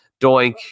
Doink